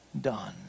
done